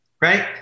right